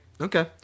Okay